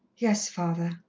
yes, father.